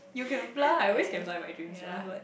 you can fly ya